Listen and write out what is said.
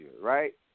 right